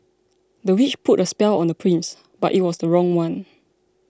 the witch put a spell on the prince but it was the wrong one